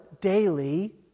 daily